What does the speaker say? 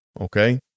Okay